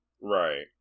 Right